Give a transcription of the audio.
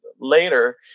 later